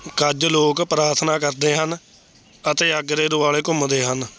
ਕੁਝ ਲੋਕ ਪ੍ਰਾਰਥਨਾ ਕਰਦੇ ਹਨ ਅਤੇ ਅੱਗ ਦੇ ਦੁਆਲੇ ਘੁੰਮਦੇ ਹਨ